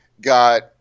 got